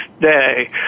day